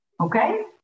okay